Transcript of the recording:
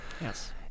Yes